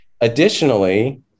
Additionally